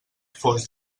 fosc